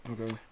Okay